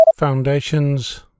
Foundations